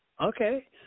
Okay